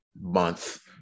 month